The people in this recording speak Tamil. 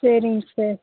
சரிங்க சார்